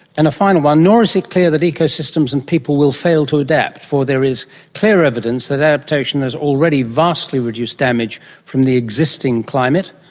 and a final one nor is it clear that ecosystems and people will fail to adapt, for there is clear evidence that adaptation has already vastly reduced damage from the existing climate,